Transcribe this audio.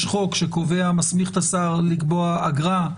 יש חוק שקובע, מסמיך את השר לקבוע אגרה.